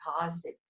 positive